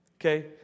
Okay